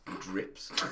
drips